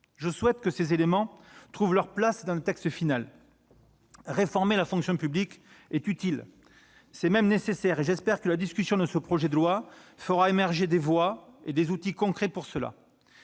Je souhaite que ces éléments trouvent leur place dans le texte final. Réformer la fonction publique est utile et même nécessaire. J'espère que la discussion de ce projet de loi fera émerger des voies et des outils concrets pour cela.